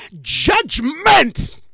judgment